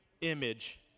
image